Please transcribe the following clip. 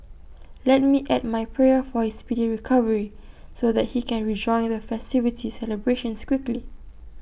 let me add my prayer for his speedy recovery so that he can rejoin the festivity celebrations quickly